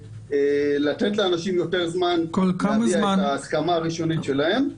לתת לאנשים יותר זמן להביע את ההסכמה הראשונית שלהם.